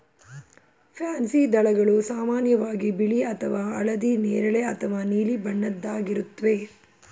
pansy ದಳಗಳು ಸಾಮಾನ್ಯವಾಗಿ ಬಿಳಿ ಅಥವಾ ಹಳದಿ ನೇರಳೆ ಅಥವಾ ನೀಲಿ ಬಣ್ಣದ್ದಾಗಿರುತ್ವೆ